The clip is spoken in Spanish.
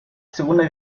segunda